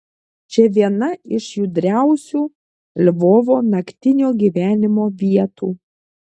čia viena iš judriausių lvovo naktinio gyvenimo vietų